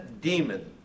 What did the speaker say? demon